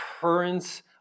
currents